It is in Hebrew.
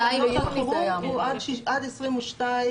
התוקף של הארכת תקנות שעת חירום הוא עד 22 ביוני,